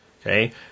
okay